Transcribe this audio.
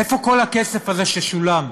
איפה כל הכסף הזה, ששולם?